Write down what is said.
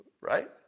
Right